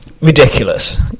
ridiculous